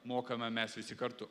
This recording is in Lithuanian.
mokama mes visi kartu